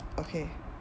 okay